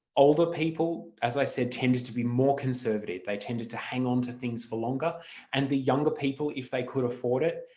older people as i said tended to be more conservative, they tended to hang onto things for longer and the younger people, if they could afford it,